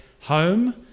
home